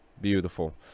Beautiful